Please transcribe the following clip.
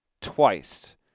twice